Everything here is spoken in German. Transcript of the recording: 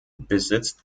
besitzt